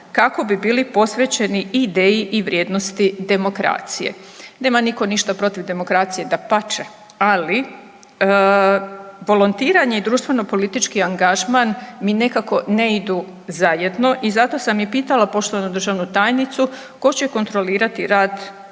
kako bi bili posvećeni ideji i vrijednosti demokracije. Nema nitko ništa protiv demokracije, dapače ali volontiranje i društveno politički angažman mi nekako ne idu zajedno i zato sam i pitala poštovanu državnu tajnicu tko će kontrolirati rad